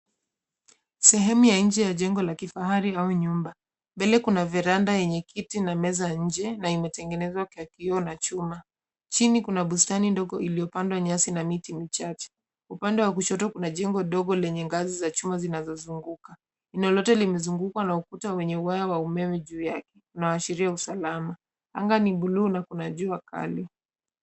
Sehemu ya nje ya jengo la kifahari au nyumba. Mbele kuna veranda yenye kiti na meza nje na imetengenezwa kwa kioo na chuma. Chini kuna bustani ndogo iliyopandwa nyasi na miti michache. Upande wa kushoto kuna jengo dogo lenye ngazi za chuma zinazozunguka. Eneo lote limezungukwa na ukuta wenye waya wa umeme juu yake, unaoashiria usalama. Anga ni blue na kuna jua kali.